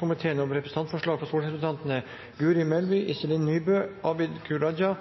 komiteen legger jeg fram en enstemmig innstilling, og